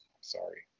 sorry